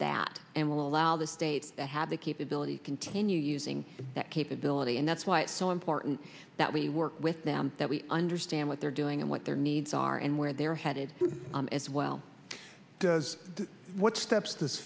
that and will allow the states that have the capability to continue using that capability and that's why it's so important that we work with them that we understand what they're doing and what their needs are and where they're headed as well as what steps this